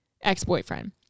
ex-boyfriend